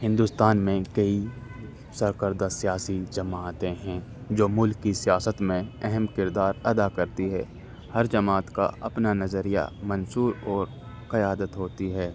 ہندوستان میں کئی سرکردہ سیاسی جماعتیں ہیں جو ملک کی سیاست میں اہم کردار ادا کرتی ہے ہر جماعت کا اپنا نظریہ منصور اور قیادت ہوتی ہے